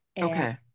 okay